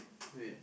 wait